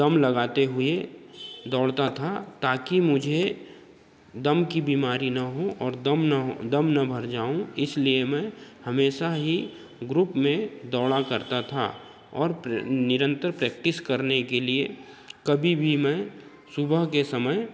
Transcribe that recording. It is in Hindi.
दम लगाते हुए दौड़ता था ताकी मुझे दम की बीमारी न हो और दम न हो दम न भर जाऊँ इसलिए मैं हमेशा ही ग्रुप में दौड़ा करता था और निरंतर प्रैक्टिस करने के लिए कभी भी मैं सुबह के समय